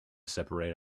separate